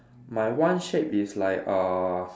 my one shape is like uh